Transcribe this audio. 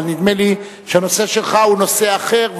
אבל נדמה לי שהנושא שלך הוא נושא אחר,